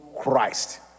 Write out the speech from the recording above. Christ